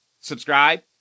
subscribe